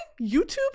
YouTube